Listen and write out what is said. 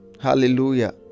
hallelujah